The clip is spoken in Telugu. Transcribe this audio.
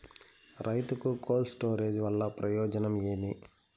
రైతుకు కోల్డ్ స్టోరేజ్ వల్ల ప్రయోజనం ఏమి?